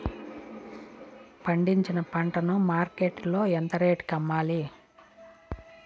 పండించిన పంట ను మార్కెట్ లో ఎంత రేటుకి అమ్మాలి?